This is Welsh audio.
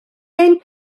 ein